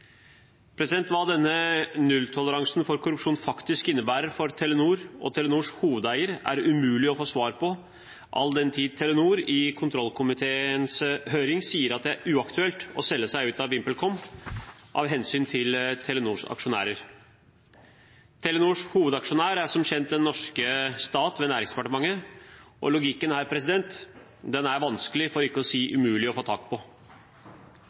Hva denne nulltoleransen for korrupsjon faktisk innebærer for Telenor og Telenors hovedeier, er umulig å få svar på all den tid Telenor i kontrollkomiteens høring sier at det er uaktuelt å selge seg ut av VimpelCom av hensyn til Telenors aksjonærer. Telenors hovedaksjonær er som kjent den norske stat ved Næringsdepartementet. Logikken her er vanskelig, for ikke å si umulig, å få tak på.